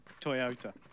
Toyota